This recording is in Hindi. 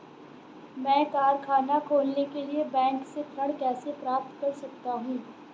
मैं कारखाना खोलने के लिए बैंक से ऋण कैसे प्राप्त कर सकता हूँ?